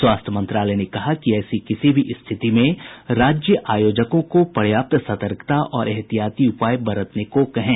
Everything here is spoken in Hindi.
स्वास्थ्य मंत्रालय ने कहा कि ऐसी किसी भी स्थिति में राज्य आयोजकों को पर्याप्त सतर्कता और ऐहतियाती उपाय बरतने को कहें